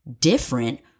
different